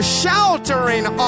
sheltering